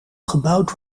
gebouwd